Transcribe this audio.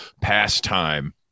pastime